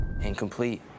Incomplete